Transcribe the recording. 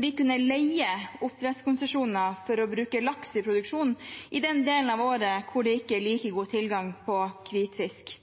de kunne leie oppdrettskonsesjoner for å bruke laks i produksjonen i den delen av året hvor det ikke er like god tilgang på hvitfisk.